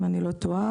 אם אני לא טועה.